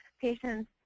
patients